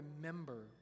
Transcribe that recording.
remember